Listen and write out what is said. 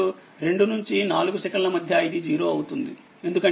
ఇప్పుడు2 నుంచి 4సెకన్ల మధ్య ఇది 0 అవుతుంది ఎందుకంటే dv dt0